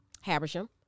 Habersham